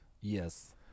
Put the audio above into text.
Yes